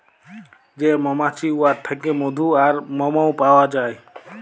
যে মমাছি উয়ার থ্যাইকে মধু আর মমও পাউয়া যায়